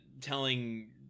telling—